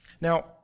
Now